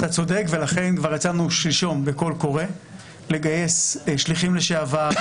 אתה צודק ולכן כבר יצאנו שלשום בקול קורא לגיוס שליחים לשעבר או